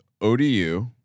ODU